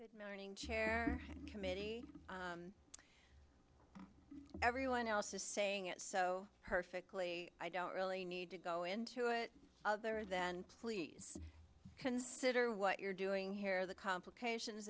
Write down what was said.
meaning chair committee everyone else is saying it so perfectly i don't really need to go into it other than please consider what you're doing here the complications